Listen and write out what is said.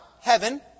heaven